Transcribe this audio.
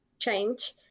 change